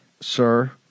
sir